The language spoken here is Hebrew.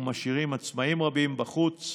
ומשאירות עצמאים רבים בחוץ.